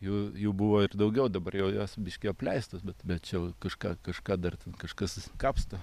jų jų buvo ir daugiau dabar jau jos biški apleistos bet bet čia jau kažką kažką dar ten kažkas kapsto